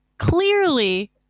Clearly